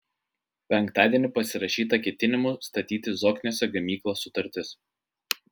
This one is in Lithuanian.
penktadienį pasirašyta ketinimų statyti zokniuose gamyklą sutartis